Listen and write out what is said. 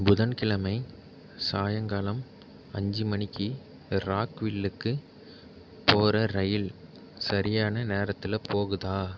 புதன்கிழமை சாயங்காலம் அஞ்சு மணிக்கு ராக்வில்லுக்கு போகிற ரயில் சரியான நேரத்தில் போகுதா